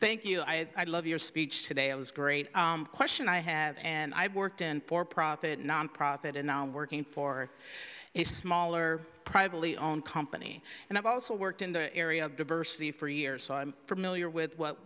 thank you i love your speech today it was great question i have and i've worked in for profit nonprofit and now i'm working for a smaller privately owned company and i've also worked in the area of diversity for years so i'm familiar